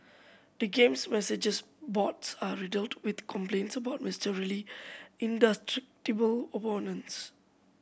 the game's messages boards are riddled with complaints about mysteriously indestructible opponents